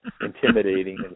intimidating